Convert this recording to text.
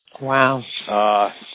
Wow